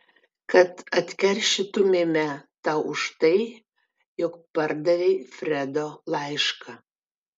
kad atkeršytumėme tau už tai jog pardavei fredo laišką